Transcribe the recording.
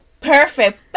Perfect